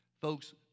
Folks